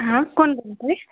हा कोण बोलत आहे